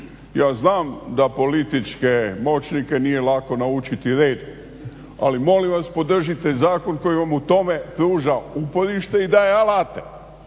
ja znam da političke moćnike nije lako naučiti redu, ali molim vas podržite zakon koji vam u tome pruža uporište i daje alate.